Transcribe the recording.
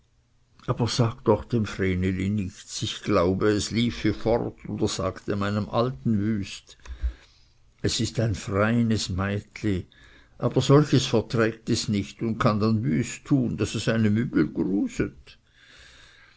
aber sag doch dem vreneli nichts ich glaube es liefe fort oder sagte meinem alten wüst es ist ein freines meitli aber solches verträgt es nicht und kann dann wüst tun daß es einem übel gruset